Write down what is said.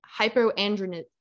Hyperandrogenism